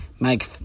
make